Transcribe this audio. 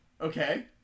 Okay